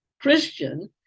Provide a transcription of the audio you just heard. Christian